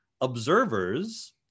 observers